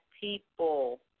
people